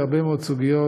בהרבה מאוד סוגיות,